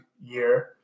year